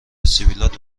سبیلات